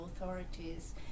authorities